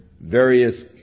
various